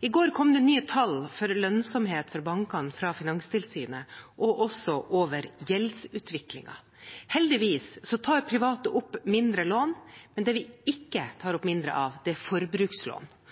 I går kom det nye tall for lønnsomhet for bankene fra Finanstilsynet, og også over gjeldsutviklingen. Heldigvis tar private opp mindre lån, men det vi ikke tar opp